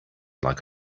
like